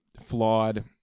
flawed